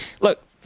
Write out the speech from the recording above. look